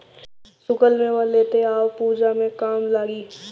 सुखल मेवा लेते आव पूजा में काम लागी